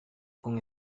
con